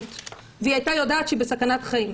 והיא הייתה יודעת שהיא בסכנת חיים.